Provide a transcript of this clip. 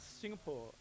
Singapore